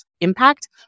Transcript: impact